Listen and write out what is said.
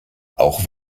auch